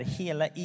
hela